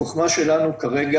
החכמה שלנו כרגע,